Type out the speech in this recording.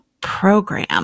Program